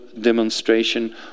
demonstration